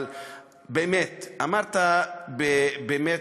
אבל באמת: אמרת באמת,